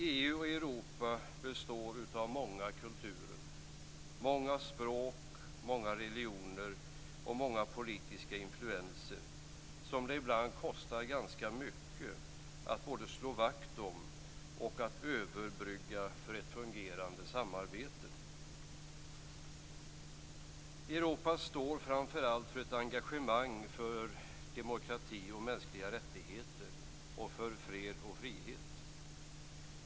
EU och Europa består av många kulturer, många språk, många religioner och många politiska influenser som det ibland kostar ganska mycket att slå vakt om och överbrygga för ett fungerande samarbete. Europa står framför allt för ett engagemang för demokrati och mänskliga rättigheter och för fred och frihet.